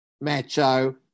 macho